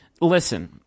Listen